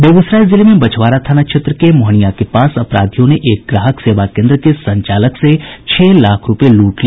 बेगूसराय जिले में बछवारा थाना क्षेत्र के मोहनिया के पास अपराधियों ने एक ग्राहक सेवा केंद्र के संचालक से छह लाख रुपये लूट लिए